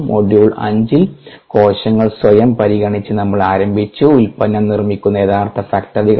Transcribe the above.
module 5 ൽ കോശങ്ങൾ സ്വയം പരിഗണിച്ച് നമ്മൾ ആരംഭിച്ചു ഉൽപ്പന്നം നിർമ്മിക്കുന്ന യഥാർത്ഥ ഫാക്ടറികൾ